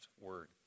word